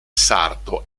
sarto